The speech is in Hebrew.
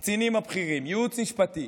את הקצינים הבכירים וייעוץ משפטי,